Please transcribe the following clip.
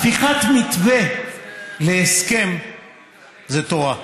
הפיכת מתווה להסכם זה תורה.